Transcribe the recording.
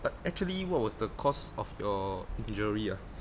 but actually what was the cause of your injury ah